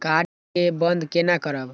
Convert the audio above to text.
Card के बन्द केना करब?